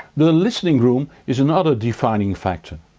the listening room is another defining factor.